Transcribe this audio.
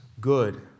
good